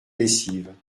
lessive